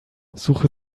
suche